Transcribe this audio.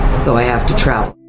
so i have to travel.